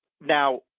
Now